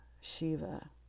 Shiva